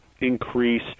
increase